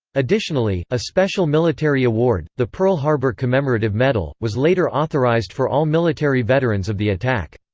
additionally, a special military award, the pearl harbor commemorative medal, was later authorized for all military veterans of the attack.